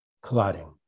clotting